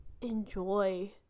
enjoy